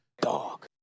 dog